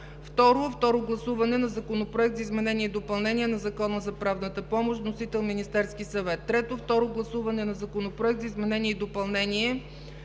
2. Второ гласуване на Законопроект за изменение и допълнение на Закона за правната помощ. Вносител е Министерският съвет. 3. Второ гласуване на Законопроект за изменение и допълнение